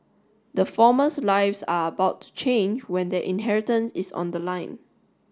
the formers lives are about to change when their inheritance is on the line